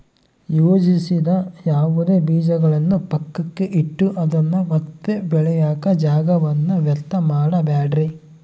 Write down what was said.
ಯೋಜಿಸದ ಯಾವುದೇ ಬೀಜಗಳನ್ನು ಪಕ್ಕಕ್ಕೆ ಇಟ್ಟು ಅದನ್ನ ಮತ್ತೆ ಬೆಳೆಯಾಕ ಜಾಗವನ್ನ ವ್ಯರ್ಥ ಮಾಡಬ್ಯಾಡ್ರಿ